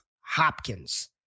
Hopkins